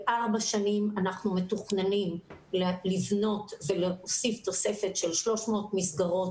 בארבע שנים אנחנו מתוכננים לבנות ולהוסיף תוספת של 300 מסגרות